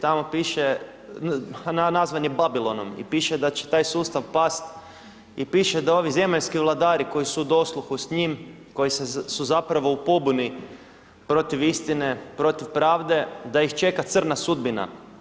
Tamo piše, a nazvan je Babilonom i piše da će taj sustav pasti i piše da ovi zemaljski vladari koji su u dosluhu s njim koji su zapravo u pobuni protiv istine, protiv pravde, da ih čeka crna sudbina.